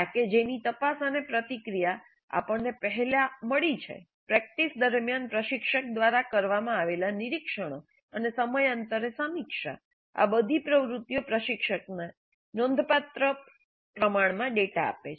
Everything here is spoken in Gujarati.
ડેટા કે જેની તપાસ અને પ્રતિક્રિયા આપણને પહેલા મળી છે પ્રેક્ટિસ દરમિયાન પ્રશિક્ષક દ્વારા કરવામાં આવેલા નિરીક્ષણો અને સમયાંતરે સમીક્ષા આ બધી પ્રવૃત્તિઓ પ્રશિક્ષકને નોંધપાત્ર પ્રમાણમાં ડેટા આપે છે